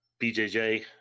BJJ